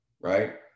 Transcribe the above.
right